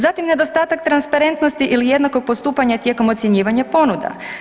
Zatim nedostatak transparentnosti ili jednakog postupanja tijekom ocjenjivanja ponuda.